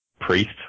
priest